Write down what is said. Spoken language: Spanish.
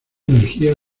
energía